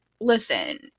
listen